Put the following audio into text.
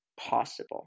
possible